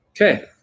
Okay